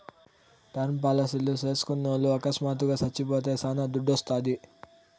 term పాలసీలు చేస్కున్నోల్లు అకస్మాత్తుగా సచ్చిపోతే శానా దుడ్డోస్తాది